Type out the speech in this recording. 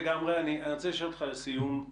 כי זה ייתן לנו בסוף את ההשמה הכי טובה,